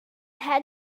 had